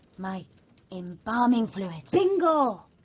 my embalming fluids? bingo.